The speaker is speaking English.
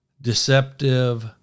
deceptive